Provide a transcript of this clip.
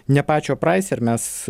ne pačio praiser mes